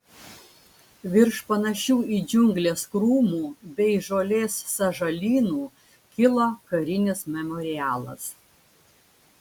virš panašių į džiungles krūmų bei žolės sąžalynų kilo karinis memorialas